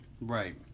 Right